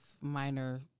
minor